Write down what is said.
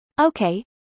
okay